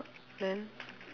then